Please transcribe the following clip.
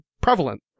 prevalent